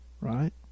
right